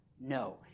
No